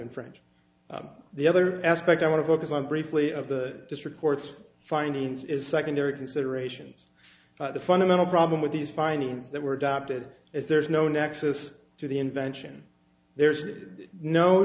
infringe the other aspect i want to focus on briefly of the district court's findings is secondary considerations the fundamental problem with these findings that were adopted is there's no nexus to the invention there's no